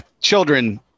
children